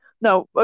No